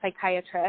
psychiatrist